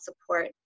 support